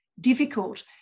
difficult